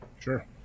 sure